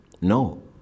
No